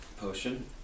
Potion